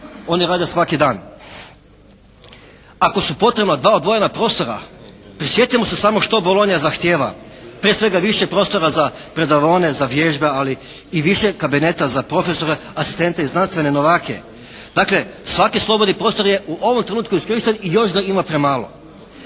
oni rade svaki dan. Ako su potrebna dva odvojena prostora prisjetimo se samo što "Bolonja" zahtijeva, prije svega više prostora za predavaone, za vježbe ali i više kabineta za profesore, asistente i znanstvene novake. Dakle, svaki slobodni prostor je u ovom trenutku iskorišten i još ga ima premalo.